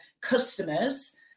customers